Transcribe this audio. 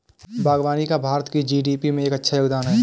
बागवानी का भारत की जी.डी.पी में एक अच्छा योगदान है